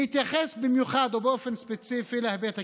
אני אתייחס במיוחד, באופן ספציפי, להיבט הכלכלי.